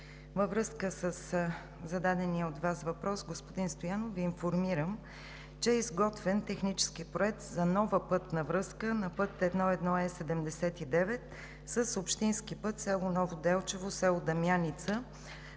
Във връзка с зададения от Вас въпрос, господин Стоянов, Ви информирам, че е изготвен технически проект за нова пътна връзка на път 1.1. Е-79 с общински път село Ново Делчево – село Дамяница